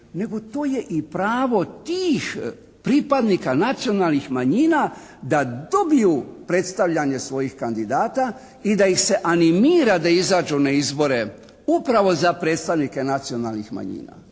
nego to je i pravo tih pripadnika nacionalnih manjina da dobiju predstavljanje svojih kandidata i da ih se animira da izađu na izbore upravo za predstavnike nacionalnih manjina,